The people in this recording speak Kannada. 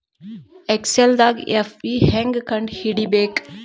ಎಕ್ಸೆಲ್ದಾಗ್ ಎಫ್.ವಿ ಹೆಂಗ್ ಕಂಡ ಹಿಡಿಬೇಕ್